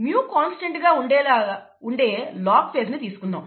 µ constant గా ఉండే lag phase ని తీసుకుందాం